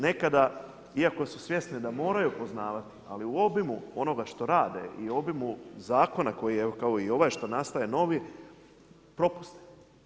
Nekada iako su svjesni da moraju poznavati, ali u obimu onoga što rade i obimu zakona koji je kao i ovaj što nastaje novi propuste.